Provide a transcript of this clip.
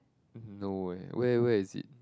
no eh where where is it